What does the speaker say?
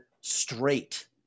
straight